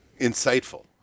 insightful